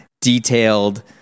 detailed